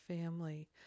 family